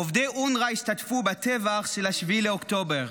עובדי אונר"א השתתפו בטבח של 7 באוקטובר.